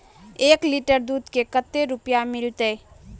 एक लीटर दूध के कते रुपया मिलते?